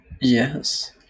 Yes